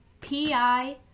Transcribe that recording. PI